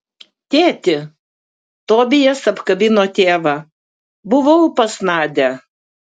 tėti tobijas apkabino tėvą buvau pas nadią